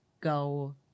go